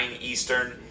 Eastern